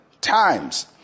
times